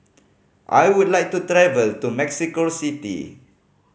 I would like to travel to Mexico City